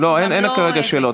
אין כרגע שאלות.